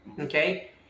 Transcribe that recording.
Okay